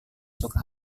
suka